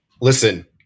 Listen